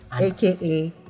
aka